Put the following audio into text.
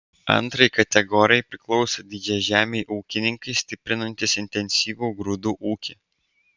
antrajai kategorijai priklauso didžiažemiai ūkininkai stiprinantys intensyvų grūdų ūkį